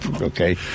Okay